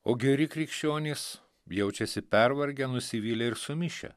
o geri krikščionys jaučiasi pervargę nusivylę ir sumišę